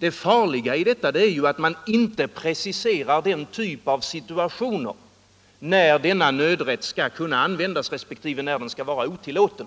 Det farliga är att man inte preciserar den typ av situationer där denna nödrätt skall kunna användas resp. skall vara otillåten.